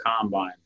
Combine